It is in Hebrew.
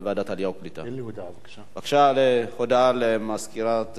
בבקשה, הודעה לסגן מזכירת הכנסת.